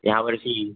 ह्या वर्षी